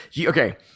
Okay